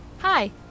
Hi